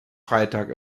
freitag